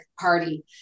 party